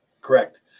Correct